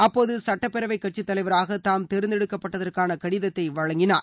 அப்போது சட்டப்பேரவை கட்சித் தலைவராக தாம் தேர்ந்தெடுக்கப்பட்டதற்கான கடிதத்தை வழங்கினார்